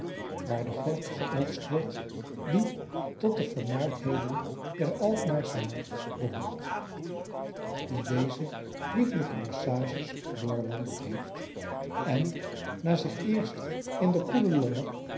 waar de gort geoogst wordt die tot de vermaardheden der alkmaarsche markt behoort die deze liefelijke bosschages doorwandeld heeft en na zich eerst in de koele lommer